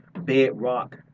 bedrock